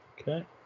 Okay